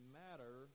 matter